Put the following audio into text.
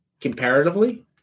comparatively